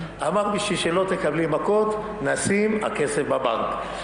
אמר: בשביל שלא תקבלי מכות נשים הכסף בבנק.